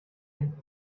him